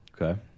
Okay